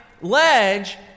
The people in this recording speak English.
ledge